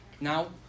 now